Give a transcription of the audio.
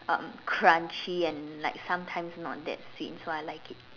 um crunchy and like sometimes not that sweet so I like it